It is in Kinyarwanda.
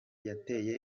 yateye